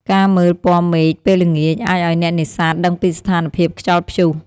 ការមើលពណ៌មេឃពេលល្ងាចអាចឱ្យអ្នកនេសាទដឹងពីស្ថានភាពខ្យល់ព្យុះ។